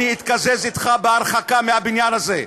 אני אתקזז אתך בהרחקה מהבניין הזה,